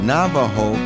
Navajo